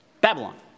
Babylon